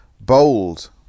bold